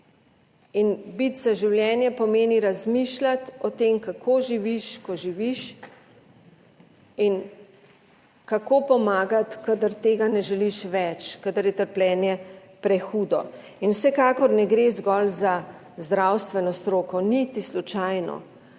in biti za življenje pomeni razmišljati o tem, kako živiš, ko živiš in kako pomagati, kadar tega ne želiš več, kadar je trpljenje prehudo in vsekakor ne gre zgolj za zdravstveno stroko, niti slučajno.